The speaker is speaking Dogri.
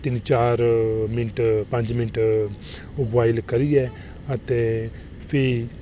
तिन चार मिंट पंज मिंट बोआइल करियै फ्ही